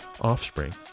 offspring